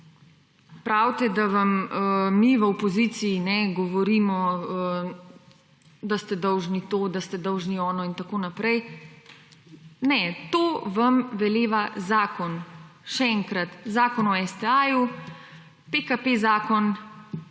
pravite, da vam mi v opoziciji govorimo, da ste dolžni to, da ste dolžni ono in tako naprej, ne, to vam veleva zakon. Še enkrat Zakon o STA, PKP zakon